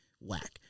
whack